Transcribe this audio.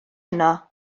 yno